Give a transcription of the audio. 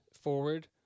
forward